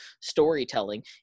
storytelling